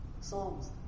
Psalms